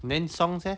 then songs leh